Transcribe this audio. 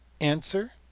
Answer